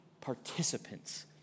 participants